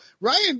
Ryan